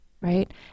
right